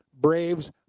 Braves